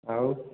ଆଉ